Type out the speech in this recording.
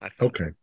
Okay